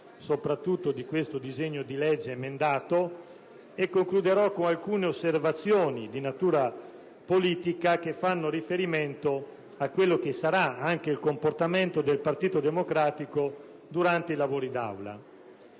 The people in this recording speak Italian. inopportunità di questo disegno di legge, e concluderò con alcune osservazioni di natura politica che fanno riferimento a quello che sarà il comportamento del Partito Democratico durante i lavori d'Aula.